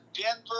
Denver